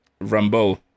Rambo